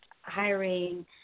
hiring